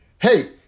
Hey